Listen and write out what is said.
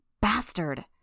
Bastard